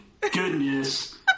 goodness